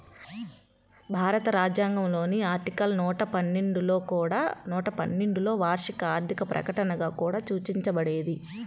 భారత రాజ్యాంగంలోని ఆర్టికల్ నూట పన్నెండులోవార్షిక ఆర్థిక ప్రకటనగా కూడా సూచించబడేది